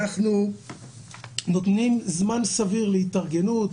אנחנו נותנים זמן סביר להתארגנות,